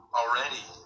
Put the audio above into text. already